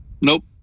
Nope